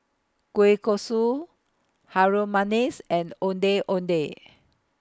Kueh Kosui Harum Manis and Ondeh Ondeh